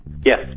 Yes